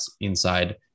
inside